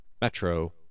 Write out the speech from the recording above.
Metro